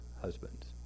husbands